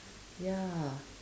ya